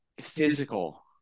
physical